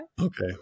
Okay